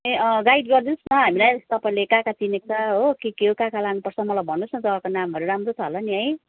ए अँ गाइड गरिदिनुहोस् न हामीलाई तपाईँले कहाँ कहाँ चिनेको छ हो के के कहाँ कहाँ लानुपर्छ मलाई भन्नुहोस् न जग्गाको नामहरू राम्रो छ होला नि है